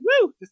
woo